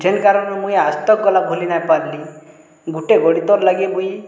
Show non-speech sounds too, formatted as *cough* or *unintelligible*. ଜେନ୍ କାରଣ ରୁ ମୁଇଁ *unintelligible* ଭୁଲି ନାଇଁ ପାରଲି ଗୁଟେ ଗଣିତ ଲାଗିର୍ ମୁଇଁ